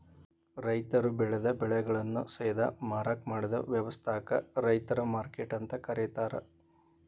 ರೈತರು ಬೆಳೆದ ಬೆಳೆಗಳನ್ನ ಸೇದಾ ಮಾರಾಕ್ ಮಾಡಿದ ವ್ಯವಸ್ಥಾಕ ರೈತರ ಮಾರ್ಕೆಟ್ ಅಂತ ಕರೇತಾರ